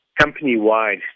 company-wide